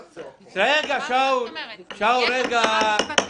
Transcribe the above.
יש הכרעה משפטית,